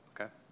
okay